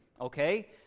okay